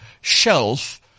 shelf